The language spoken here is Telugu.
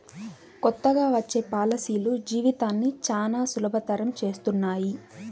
కొత్తగా వచ్చే పాలసీలు జీవితాన్ని చానా సులభతరం చేస్తున్నాయి